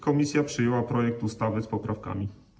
Komisja przyjęła projekt ustawy z poprawkami.